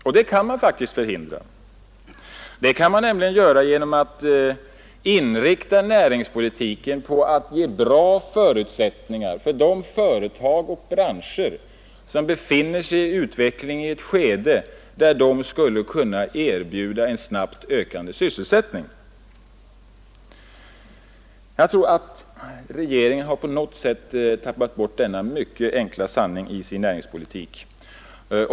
Och det kan man faktiskt förhindra — nämligen genom att inrikta näringspolitiken på att ge bra förutsättningar för de företag och branscher som befinner sig i ett utvecklingsskede där de skulle kunna erbjuda en snabbt ökande sysselsättning. Jag tror att regeringen på något sätt har tappat bort denna mycket enkla sanning i sin näringspolitik.